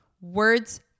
words